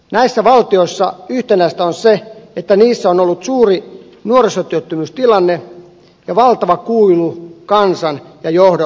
näille valtioille yhteistä on se että niissä on ollut suuri nuorisotyöttömyystilanne ja valtava kuilu kansan ja johdon välillä